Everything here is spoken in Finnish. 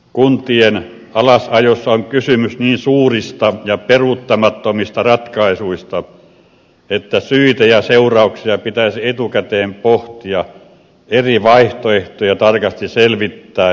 kuntien alasajossa on kysymys niin suurista ja peruuttamattomista ratkaisuista että syitä ja seurauksia pitäisi etukäteen pohtia eri vaihtoehtoja tarkasti selvittäen ja laskien